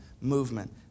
movement